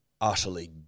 utterly